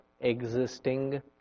existing